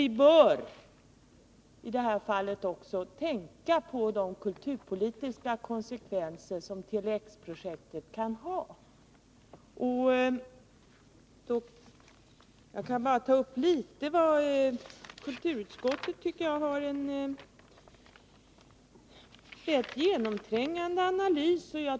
Vi bör också tänka på de kulturpolitiska konsekvenser som Tele X-projektet kan få. Kulturutskottet tycker jag har gjort en ganska genomträngande analys.